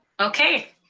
okay,